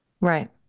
Right